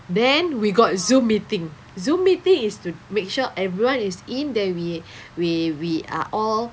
then we got Zoom meeting Zoom meeting is to make sure everyone is in then we we we are all